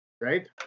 Right